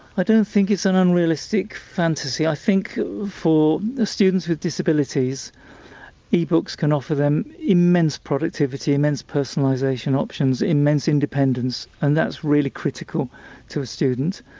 i don't think it's an unrealistic fantasy, i think for the students with disabilities ebooks can offer them immense productivity, immense personalisation, options, immense independence and that's really critical to a student.